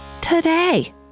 today